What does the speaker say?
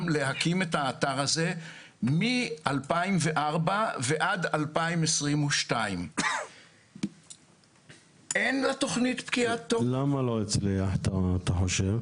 להקים את האתר הזה מ-2004 עד 2022. למה אתה חושב שהוא לא הצליח?